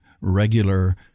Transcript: regular